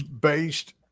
based